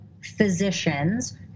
physicians